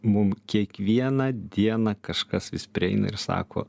mum kiekvieną dieną kažkas vis prieina ir sako